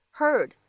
heard